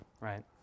right